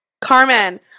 Carmen